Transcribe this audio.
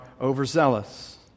overzealous